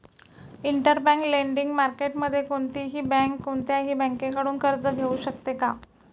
Interbank lending मार्केटमध्ये कोणतीही bank कोणत्याही बँकेकडून कर्ज घेऊ शकते का?